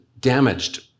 damaged